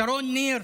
שרון ניר